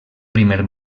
primer